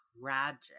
tragic